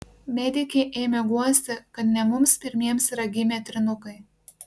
medikė ėmė guosti kad ne mums pirmiems yra gimę trynukai